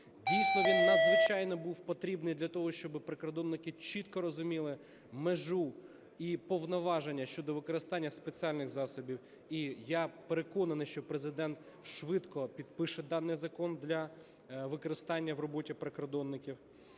Дійсно, він надзвичайно був потрібний для того, щоб прикордонники чітко розуміли межу і повноваження щодо використання спеціальних засобів. І я переконаний, що Президент швидко підпише даний закон для використання в роботі прикордонників.